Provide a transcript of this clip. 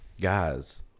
guys